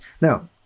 now